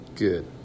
Good